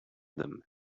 them